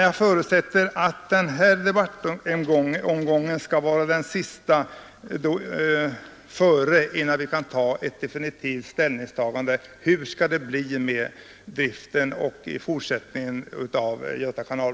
Jag förutsätter att den här debattomgången skall bli den sista innan vi kan ta definitiv ställning till hur det i fortsättningen skall bli med driften av Göta kanal.